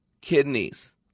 kidneys